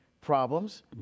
problems